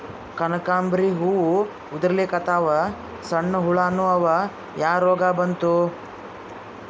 ಕನಕಾಂಬ್ರಿ ಹೂ ಉದ್ರಲಿಕತ್ತಾವ, ಸಣ್ಣ ಹುಳಾನೂ ಅವಾ, ಯಾ ರೋಗಾ ಬಂತು?